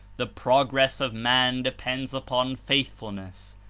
the pro ress of man depends upon faithfulness,